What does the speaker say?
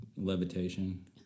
levitation